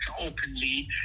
openly